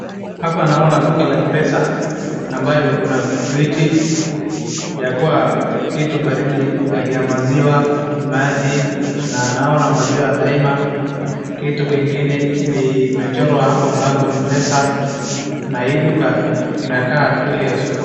Hapa naona duka la mpesa ambalo liko na friji ya kuwa kitu baridi kama maziwa, maji na naona maziwa daima kitu kingine ni imechorwa hapo mlango mpesa na hii duka inakaa ile ya sokoni.